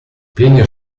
plinio